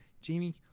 Jamie